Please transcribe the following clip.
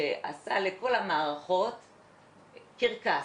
שעשה לכל המערכות קרקס,